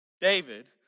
David